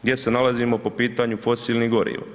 Gdje se nalazimo po pitanju fosilnih goriva?